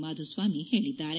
ಮಾಧುಸ್ವಾಮಿ ಹೇಳಿದ್ದಾರೆ